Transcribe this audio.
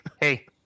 Hey